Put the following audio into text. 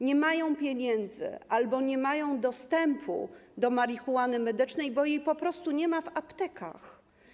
Nie mają pieniędzy albo nie mają dostępu do marihuany medycznej, bo jej po prostu nie ma w aptekach.